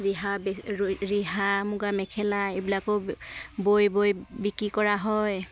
ৰিহা বে ৰিহা মুগা মেখেলা এইবিলাকো বৈ বৈ বিক্ৰী কৰা হয়